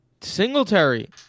Singletary